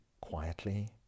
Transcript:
quietly